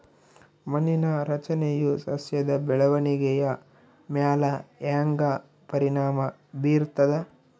ಮಣ್ಣಿನ ರಚನೆಯು ಸಸ್ಯದ ಬೆಳವಣಿಗೆಯ ಮ್ಯಾಲ ಹ್ಯಾಂಗ ಪರಿಣಾಮ ಬೀರ್ತದ?